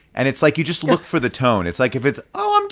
and it's like you just look for the tone. it's like if it's, oh, um